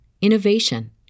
innovation